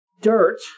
dirt